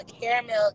caramel